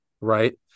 Right